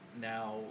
now